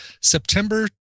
September